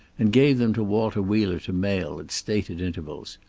and gave them to walter wheeler to mail at stated intervals.